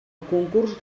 concurs